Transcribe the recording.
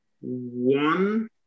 One